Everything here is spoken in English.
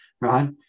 right